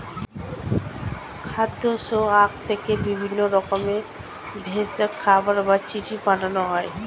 খাদ্য, শস্য, আখ থেকে বিভিন্ন রকমের ভেষজ, খাবার বা চিনি বানানো হয়